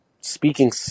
speaking –